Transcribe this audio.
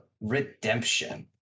redemption